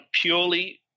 purely